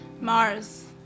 Mars